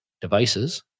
devices